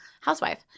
housewife